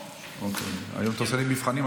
אתה עושה לי מבחנים?